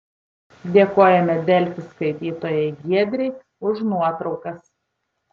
dėkojame delfi skaitytojai giedrei už nuotraukas